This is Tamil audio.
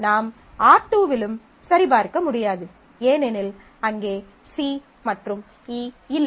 நாம் R2 விலும் சரிபார்க்க முடியாது ஏனெனில் அங்கே C மற்றும் E இல்லை